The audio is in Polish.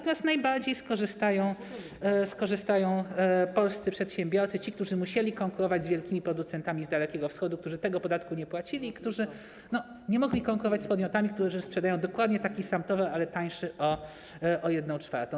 Teraz najbardziej skorzystają polscy przedsiębiorcy, ci, którzy musieli konkurować z wielkimi producentami z Dalekiego Wschodu - którzy tego podatku nie płacili - i którzy nie mogli konkurować z podmiotami sprzedającym dokładnie taki sam towar, ale tańszy o jedną czwartą.